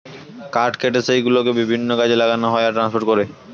কাঠ কেটে সেই গুলোকে বিভিন্ন কাজে লাগানো হয় আর ট্রান্সপোর্ট করে